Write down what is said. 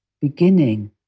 beginning